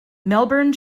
melbourne